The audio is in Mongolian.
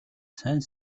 сайн